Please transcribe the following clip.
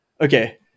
Okay